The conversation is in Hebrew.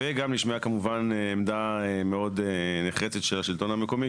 וגם נשמעה כמובן עמדה מאוד נחרצת של השלטון המקומי,